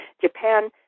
Japan